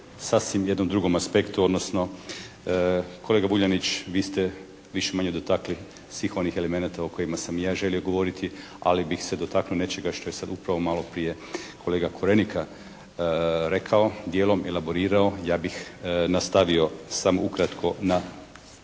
sasvim jednom drugom aspektu, odnosno kolega Vuljanić vi ste više-manje dotakli svih onih elemenata o kojima sam i ja želio govoriti, ali bih se dotaknuo nečega što je sad upravo maloprije kolega Korenika rekao, dijelom elaborirao, ja bih nastavio samo ukratko na